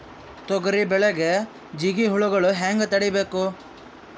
ತೊಗರಿ ಬೆಳೆಗೆ ಜಿಗಿ ಹುಳುಗಳು ಹ್ಯಾಂಗ್ ತಡೀಬೇಕು?